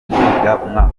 umwaka